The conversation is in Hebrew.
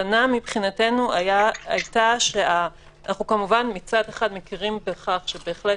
מצד אחד אנחנו כמובן מכירים בכך שבהחלט